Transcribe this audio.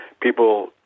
people